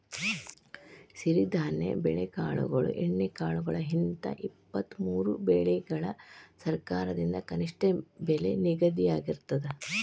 ಸಿರಿಧಾನ್ಯ ಬೆಳೆಕಾಳುಗಳು ಎಣ್ಣೆಕಾಳುಗಳು ಹಿಂತ ಇಪ್ಪತ್ತಮೂರು ಬೆಳಿಗಳಿಗ ಸರಕಾರದಿಂದ ಕನಿಷ್ಠ ಬೆಲೆ ನಿಗದಿಯಾಗಿರ್ತದ